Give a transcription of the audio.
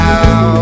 now